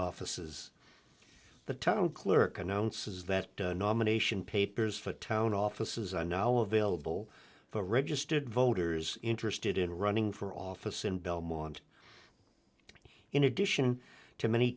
offices the town clerk announces that nomination papers for a town offices are now available for registered voters interested in running for office in belmont in addition to many